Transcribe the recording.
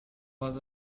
was